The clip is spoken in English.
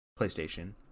PlayStation